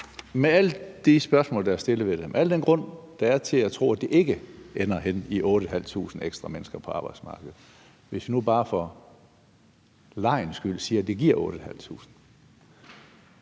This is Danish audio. alle de spørgsmål, der er stillet, og al den grund, der er til at tro, at det ikke ender henne i 8.500 ekstra på arbejdsmarkedet, hvis vi nu bare for legens skyld siger, at det giver 8.500